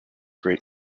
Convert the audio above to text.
great